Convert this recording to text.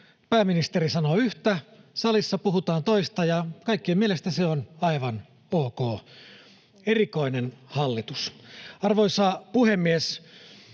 pääministeri sanoo yhtä, salissa puhutaan toista, ja kaikkien mielestä se on aivan ok. Erikoinen hallitus. Arvoisa puhemies!